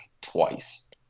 twice